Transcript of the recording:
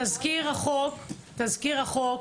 תזכיר החוק